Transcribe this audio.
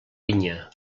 vinya